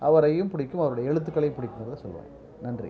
அவரையும் பிடிக்கும் அவருடைய எழுத்துக்களையும் பிடிக்குங்கிறத சொல்லுவேன் நன்றி